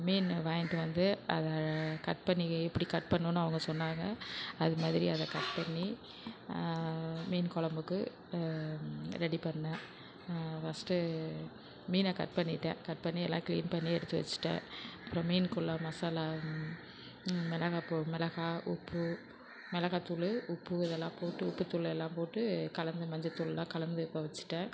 மீன் வாங்கிட்டு வந்து அதை கட் பண்ணி எப்படி கட் பண்ணுன்னு அவங்க சொன்னாங்க அது மாதிரி அதை கட் பண்ணி மீன் குலம்புக்கு ரெடி பண்ணேன் ஃபர்ஸ்ட்டு மீனை கட் பண்ணிவிட்டேன் கட் பண்ணி எல்லாம் க்ளீன் பண்ணி எடுத்து வச்சிட்டேன் அப்புறம் மீனுக்குள்ளே மசாலா மிளகாப்பொ மிளகா உப்பு மிளகாத்தூளு உப்பு இதெல்லாம் போட்டு உப்பு தூள் எல்லாம் போட்டு கலந்து மஞ்சத்தூள்லாம் கலந்து இப்போ வச்சிட்டேன்